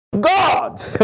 God